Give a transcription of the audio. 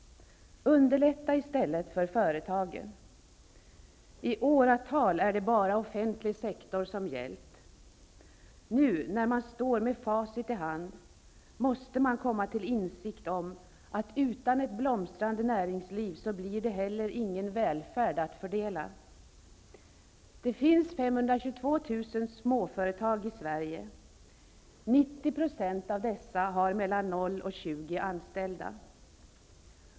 Underlätta i stället för företagen. I åratal är det bara offentlig sektor som gällt. Nu, med facit i hand, måste man komma till insikt om att det, om ett blomstrande näringsliv saknas, inte heller blir någon välfärd att fördela. Det finns 522 000 småföretag i Sverige. 90 % av dessa har 0--20 anställda.